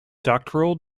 doctoral